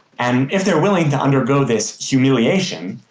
and if they're willing to undergo this humiliation,